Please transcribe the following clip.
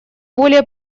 более